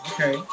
Okay